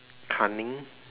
cunning